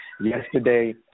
yesterday